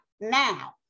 now